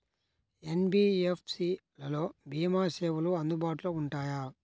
NBFC లలో భీమా సేవలు అందుబాటులో ఉంటాయా?